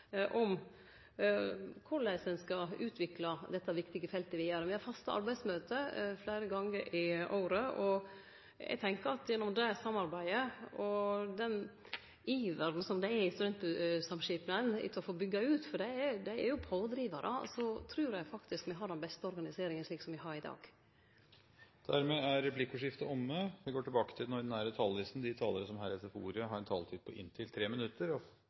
om korleis ein skal utvikle dette viktige feltet vidare. Me har faste arbeidsmøte fleire gonger i året, og eg tenkjer at gjennom det samarbeidet og den iveren som det er i Studentsamskipnaden etter å få byggje ut – for dei er jo pådrivarar – trur eg faktisk me har den beste organiseringa slik som me har det i dag. Dermed er replikkordskiftet omme. De talere som heretter får ordet, har en taletid på inntil 3 minutter. Jeg vil gripe fatt i en merknad fra Høyre og